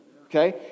Okay